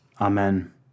Amen